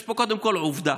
יש פה קודם כול עובדה: